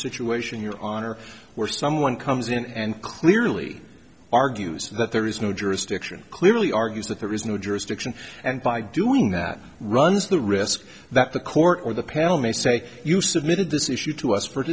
situation you're on or where someone comes in and clearly argues that there is no jurisdiction clearly argues that there is no jurisdiction and by doing that runs the risk that the court or the panel may say you submitted this issue to us for